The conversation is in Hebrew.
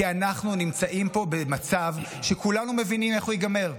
כי אנחנו נמצאים פה במצב שכולנו מבינים איך הוא ייגמר.